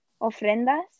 ofrendas